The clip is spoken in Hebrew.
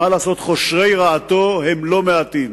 מה לעשות, חורשי רעתו הם לא מעטים,